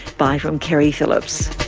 bye from keri phillips